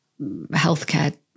healthcare